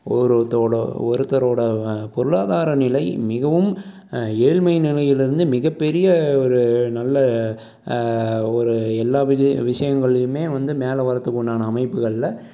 ஒரு ஒருத்தரோட ஒருத்தரோட பொருளாதார நிலை மிகவும் ஏழ்மை நிலையிலருந்து மிகப்பெரிய ஒரு நல்ல ஒரு எல்லா விது விஷியங்கள்லையுமே வந்து மேலே வரத்துக்குண்டான அமைப்புகளில்